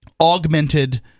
augmented